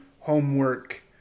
homework